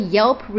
Yelp